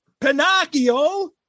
Pinocchio